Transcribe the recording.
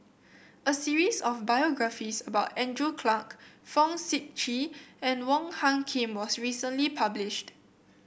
a series of biographies about Andrew Clarke Fong Sip Chee and Wong Hung Khim was recently published